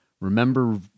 remember